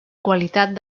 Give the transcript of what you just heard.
qualitat